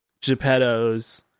Geppettos